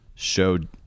showed